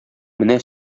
менә